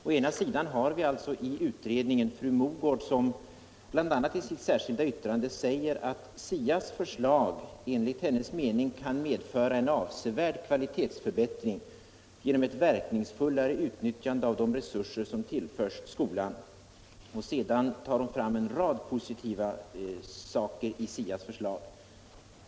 Å ena sidan har vi alltså fru Mogård som i sitt särskilda yttrande i utredningen bl.a. säger att SIA:s förslag enligt hennes mening medför en avsevärd kvalitetsförbättring genom ett verkningsfullare utnyttjande av de resurser som tillförs skolan. Sedan anför hon en rad positiva saker i SIA:s förslag.